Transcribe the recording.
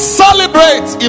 celebrate